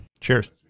Cheers